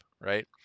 right